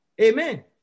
Amen